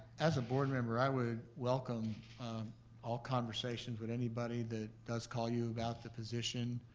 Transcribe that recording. as a board member, i would welcome all conversations with anybody that does call you about the position.